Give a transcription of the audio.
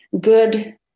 Good